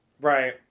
Right